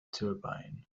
turbine